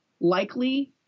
likely